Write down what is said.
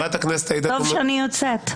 טוב שאני יוצאת.